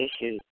issues